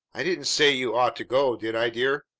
i didn't say you ought to go did i, dear?